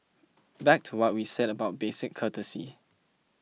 back to what we said about basic courtesy